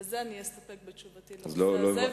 בזה אסתפק כתשובתי בנושא הזה,